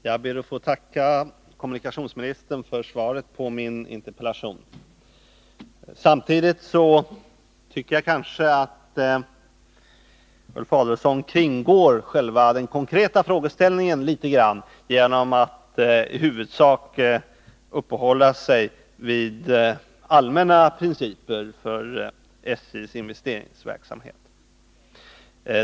Herr talman! Jag ber att få tacka kommunikationsministern för svaret på min interpellation. Ulf Adelsohn kringgår litet grand den konkreta frågeställningen genom att i huvudsak uppehålla sig vid allmänna principer för SJ:s investeringsverksamhet.